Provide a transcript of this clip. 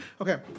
Okay